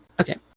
Okay